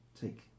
take